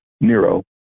Nero